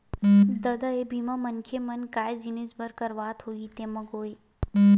ददा ये बीमा मनखे मन काय जिनिय बर करवात होही तेमा गोय?